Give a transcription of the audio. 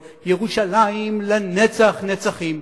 את "ירושלים לנצח נצחים".